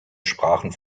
sprachen